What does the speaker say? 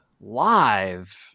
live